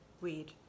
weed